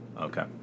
Okay